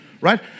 Right